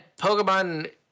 pokemon